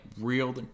real